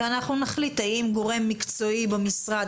ואנחנו נחליט האם גורם מקצועי במשרד,